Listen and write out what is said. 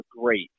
great